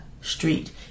street